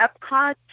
Epcot